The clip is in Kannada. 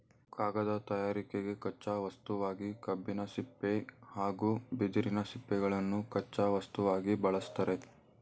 ಕಾಗದ ತಯಾರಿಕೆಗೆ ಕಚ್ಚೆ ವಸ್ತುವಾಗಿ ಕಬ್ಬಿನ ಸಿಪ್ಪೆ ಹಾಗೂ ಬಿದಿರಿನ ಸಿಪ್ಪೆಗಳನ್ನು ಕಚ್ಚಾ ವಸ್ತುವಾಗಿ ಬಳ್ಸತ್ತರೆ